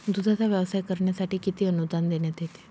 दूधाचा व्यवसाय करण्यासाठी किती अनुदान देण्यात येते?